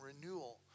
renewal